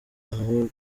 aho